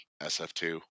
SF2